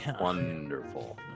wonderful